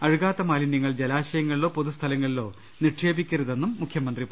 അഴുകാത്ത മാലിന്യങ്ങൾ ജലാശയങ്ങളിലോ പൊതുസ്ഥ ലങ്ങളിലോ നിക്ഷേപിക്കരുതെന്നും മുഖ്യമന്ത്രി പറഞ്ഞു